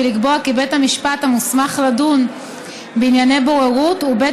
ולקבוע כי בית המשפט המוסמך לדון בענייני בוררות הוא בית